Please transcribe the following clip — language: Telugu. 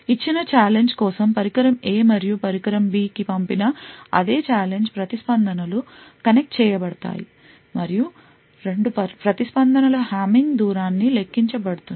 ఇచ్చిన ఛాలెంజ్ కోసం పరికరం A మరియు ఇతర పరికరం B కి పంపిన అదే ఛాలెంజ్ ప్రతిస్పందన లు కనెక్ట్ చేయబడతాయి మరియు 2 ప్రతిస్పందనల హామింగ్ దూరాన్ని లెక్కించబడుతుంది